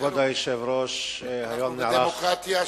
אנחנו בדמוקרטיה,